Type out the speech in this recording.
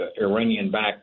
Iranian-backed